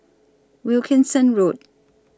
Wilkinson Road